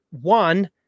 one